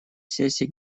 сессия